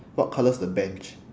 what colour is the bench